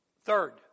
Third